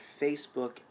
Facebook